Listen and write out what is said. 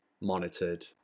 monitored